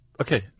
Okay